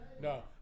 No